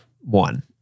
one